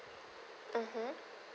mmhmm